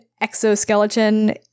exoskeleton